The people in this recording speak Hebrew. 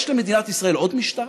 יש למדינת ישראל עוד משטרה?